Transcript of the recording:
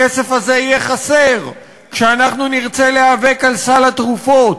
הכסף הזה יהיה חסר כשאנחנו נרצה להיאבק על סל התרופות,